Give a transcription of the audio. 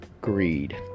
greed